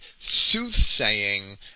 soothsaying